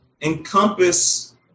encompass